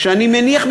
אני מניח,